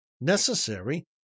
necessary